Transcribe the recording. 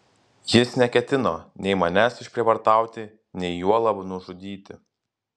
jis neketino nei manęs išprievartauti nei juolab nužudyti